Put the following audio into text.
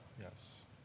Yes